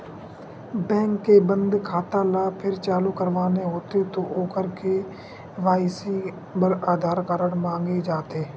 bank के बंद खाता ल फेर चालू करवाना होथे त ओखर के.वाई.सी बर आधार कारड मांगे जाथे